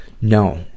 No